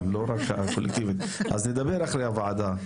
אז נדבר אחרי הוועדה.